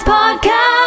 Podcast